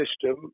system